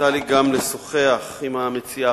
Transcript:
יצא לי גם לשוחח עם המציעה,